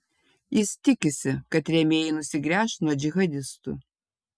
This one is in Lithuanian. jis tikisi kad rėmėjai nusigręš nuo džihadistų